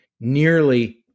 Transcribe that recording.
nearly